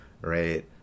right